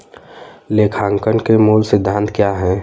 लेखांकन के मूल सिद्धांत क्या हैं?